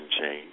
change